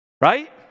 Right